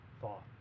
thought